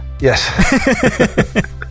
Yes